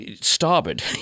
starboard